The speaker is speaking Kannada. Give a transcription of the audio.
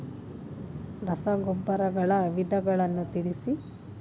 ರಸಗೊಬ್ಬರಗಳ ವಿಧಗಳನ್ನು ತಿಳಿಸಿ?